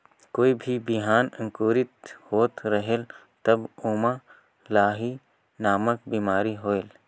कोई भी बिहान अंकुरित होत रेहेल तब ओमा लाही नामक बिमारी होयल?